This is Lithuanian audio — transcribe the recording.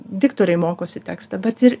diktoriai mokosi tekstą bet ir